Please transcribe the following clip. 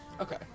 Okay